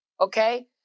okay